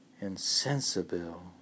insensible